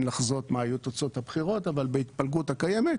לחזות את תוצאות הבחירות אבל בהתפלגות הקיימת,